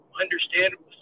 understandable